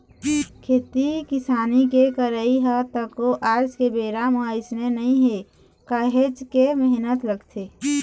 खेती किसानी के करई ह तको आज के बेरा म अइसने नइ हे काहेच के मेहनत लगथे